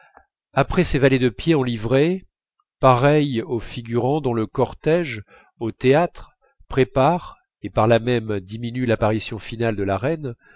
après ces valets de pied en livrée pareils aux figurants dont le cortège au théâtre prépare et par là même diminue l'apparition finale de la reine